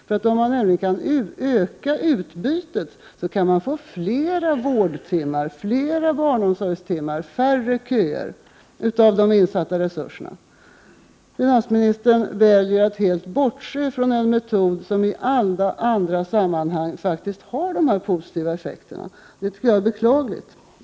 Om man kan öka utbytet av insatta resurser, kan man få fler vårdtimmar, fler barnomsorgstimmar och färre köer. Finansministern väljer att helt bortse från denna metod, som i alla andra sammanhang faktiskt har haft positiva effekter. Det är beklagligt.